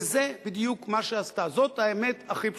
וזה בדיוק מה שהיא עשתה, זאת האמת הכי פשוטה.